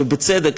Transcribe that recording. ובצדק,